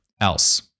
else